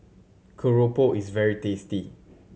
Keropok is very tasty